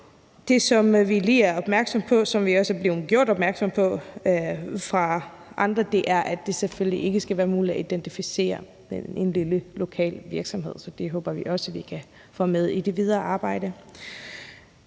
vi lige er opmærksomme på, og som vi også er blevet gjort opmærksomme på fra andre, er, at det selvfølgelig ikke skal være muligt at identificere en lille lokal virksomhed. Så det håber vi også vi kan få med i det videre arbejde.